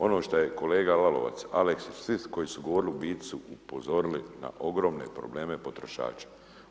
Ono šta je kolega Lalovac, Aleksić, svi koji su govorili u biti su upozorili na ogromne probleme potrošača.